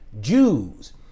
Jews